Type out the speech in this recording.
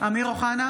אמיר אוחנה,